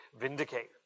vindicate